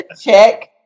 Check